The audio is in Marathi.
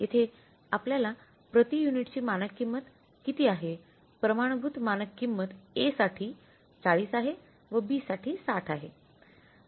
येथे आपल्याला प्रति युनिटची मानक किंमत किती आहे प्रमाणभूत मानक किंमत A साठी ४० आहे व B साठी ६० आहे